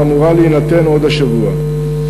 האמורה להינתן עוד השבוע.